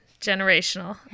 generational